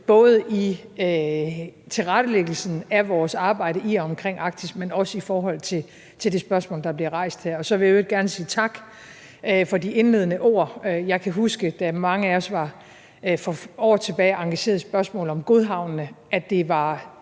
både i tilrettelæggelsen af vores arbejde i og omkring Arktis, men også i forhold til det spørgsmål, der bliver rejst her. Så vil jeg i øvrigt gerne sige tak for de indledende ord. Jeg kan huske, da mange af os for år tilbage var engageret i spørgsmålet om godhavnsdrengene, at det tog